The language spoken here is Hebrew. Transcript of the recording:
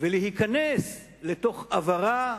ולהיכנס לתוך עברה,